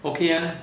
okay ah